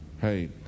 Hey